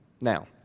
Now